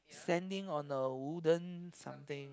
standing on a wooden something